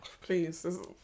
please